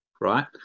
right